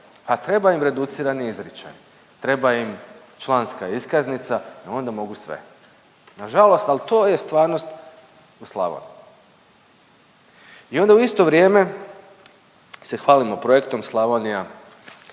A treba im reducirani izričaj, treba im članska iskaznica, onda mogu sve. Nažalost, al to je stvarnost u Slavoniji i onda u isto vrijeme se hvalimo Projektom Slavonija